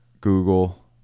Google